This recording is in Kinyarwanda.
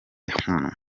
hano